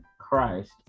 Christ